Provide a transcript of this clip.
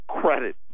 credit